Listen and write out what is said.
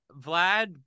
Vlad